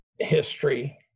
history